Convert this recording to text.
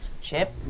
ship